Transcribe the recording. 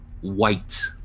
white